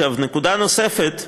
נקודה נוספת: